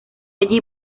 allí